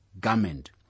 garment